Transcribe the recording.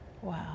Wow